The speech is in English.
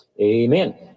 Amen